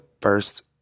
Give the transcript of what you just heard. first